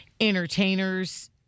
entertainers